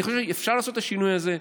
אני חושב שאפשר לעשות השינוי הזה,